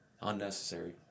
unnecessary